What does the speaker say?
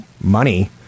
money